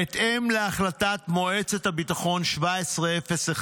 בהתאם להחלטת מועצת הביטחון 1701,